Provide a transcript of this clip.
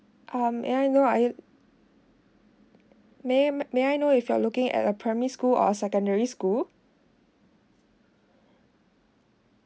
uh may I know are you may may I know if you're looking at a primary school or secondary school